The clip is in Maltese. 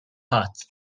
ħadd